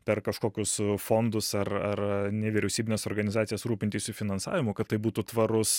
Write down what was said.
per kažkokius fondus ar ar nevyriausybines organizacijas rūpintis jų finansavimu kad tai būtų tvarus